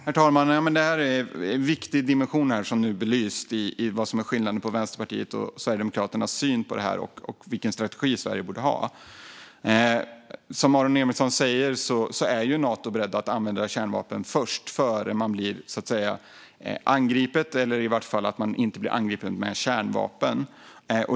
Herr talman! Det är en viktig dimension som nu belysts om vad som är skillnaden i Vänsterpartiets och Sverigedemokraternas syn på detta och vilken strategi som Sverige borde ha. Som Aron Emilsson säger är Nato berett att använda kärnvapen först innan det blir angripet, eller i varje fall att det inte blir angripet med kärnvapen.